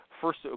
first